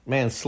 Man